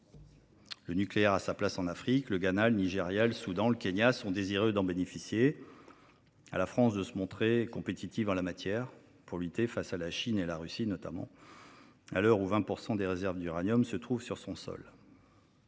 Le nucléaire a sa place en Afrique. Le Ghana, le Nigéria, le Soudan et le Kenya sont désireux d’en bénéficier. Il revient à la France de se montrer compétitive en la matière, pour lutter face à la Chine et à la Russie notamment, à l’heure où 20 % des réserves d’uranium se trouvent sur le